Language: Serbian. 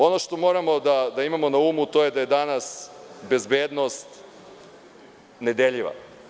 Ono što moramo da imamo na umu, to je da je danas bezbednost nedeljiva.